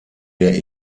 der